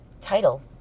title